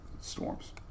storms